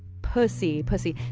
pussy, pussy.